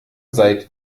seit